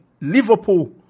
Liverpool